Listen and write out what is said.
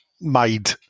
made